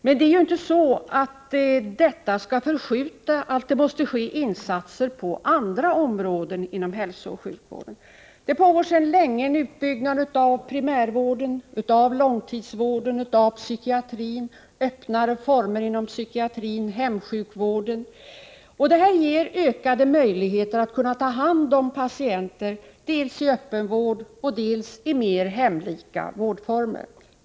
Men det är ju inte så, att detta skall hindra insatser på andra områden inom hälsooch sjukvården. Det pågår sedan lång tid tillbaka en utbyggnad av primärvården, långtidsvården och psykiatrin, och vi arbetar för att skapa öppnare vårdformer inom psykiatrin och bättre hemsjukvård. Detta ger ökade möjligheter att ta hand om patienter dels i öppenvården, dels i mer hemlika vårdformer.